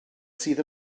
sydd